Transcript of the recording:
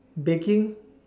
baking